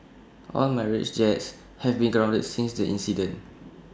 all Mirage jets have been grounded since the incident